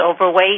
overweight